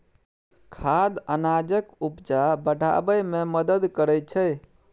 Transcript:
खाद अनाजक उपजा बढ़ाबै मे मदद करय छै